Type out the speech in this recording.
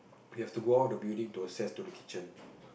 you have to go out the building to access to the kitchen